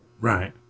Right